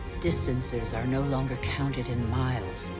distances are no longer counted in miles,